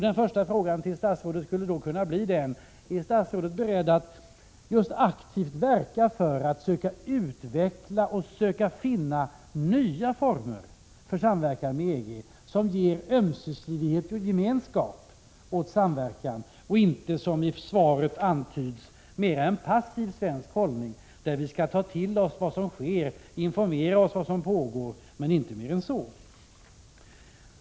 Min första fråga till statsrådet lyder: Är statsrådet beredd att aktivt verka för att söka utveckla och finna nya former för samverkan med EG, som ger ömsesidighet och gemenskap åt samverkan, och inte, som antyds i svaret, låta Sverige inta en mer passiv hållning där man skall ta till sig vad som sker, informera sig om vad som pågår, men inte mer än så?